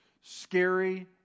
scary